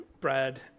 Brad